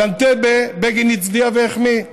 על אנטבה בגין הצביע והחמיא לרבין,